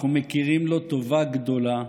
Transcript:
אנחנו מכירים לו טובה גדולה,